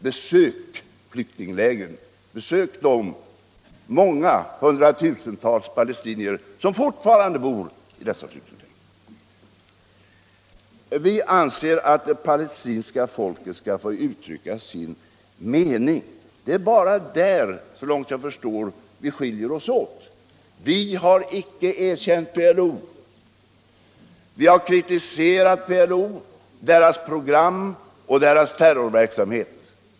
Besök flyktinglägren, besök de hundratusentals palestinier som fortfarande bor i dessa läger! Vi anser att det palestinska folket skall få uttrycka sin mening. Så långt jag förstår är det bara där vi skiljer oss åt. Vi har icke erkänt PLO. Vi har kritiserat PLO, dess program och dess terrorverksamhet.